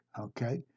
okay